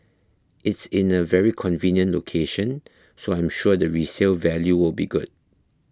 it's in a very convenient location so I'm sure the resale value will be good